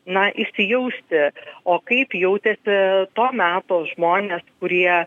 na įsijausti o kaip jautėsi to meto žmonės kurie